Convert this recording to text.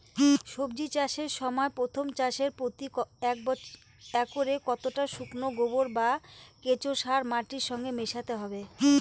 সবজি চাষের সময় প্রথম চাষে প্রতি একরে কতটা শুকনো গোবর বা কেঁচো সার মাটির সঙ্গে মেশাতে হবে?